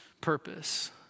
purpose